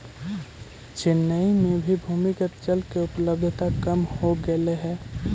चेन्नई में भी भूमिगत जल के उपलब्धता कम हो गेले हई